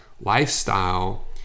lifestyle